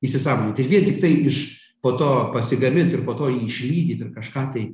įsisąmonint ir vien tiktai iš po to pasigamint ir po to jį išlydyt ir kažką tai